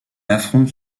affronte